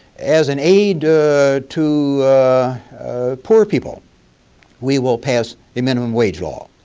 as an aide to poor people we will pass a minimum wage law.